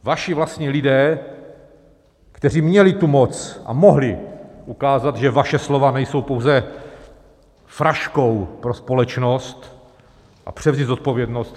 Vaši vlastní lidé, kteří měli tu moc a mohli ukázat, že vaše slova nejsou pouze fraškou pro společnost, a převzít zodpovědnost.